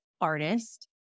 artist